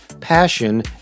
Passion